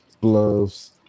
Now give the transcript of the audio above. gloves